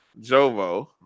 Jovo